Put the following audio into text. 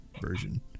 version